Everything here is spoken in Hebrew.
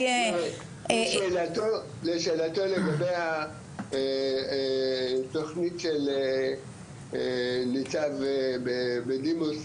--- לשאלתו לגבי התוכנית של ניצב בדימוס,